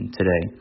today